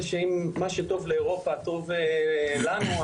אם מה שטוב לאירופה טוב לנו,